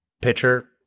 pitcher